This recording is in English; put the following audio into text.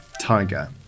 tiger